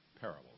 parable